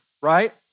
right